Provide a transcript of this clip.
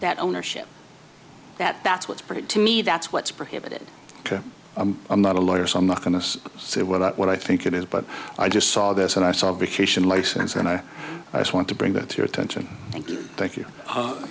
that ownership that that's what's printed to me that's what's prohibited i'm not a lawyer so i'm not going to say what i think it is but i just saw this and i saw vacation license and i just want to bring that to your attention thank you thank you